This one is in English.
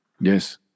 Yes